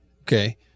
Okay